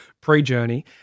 pre-journey